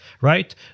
right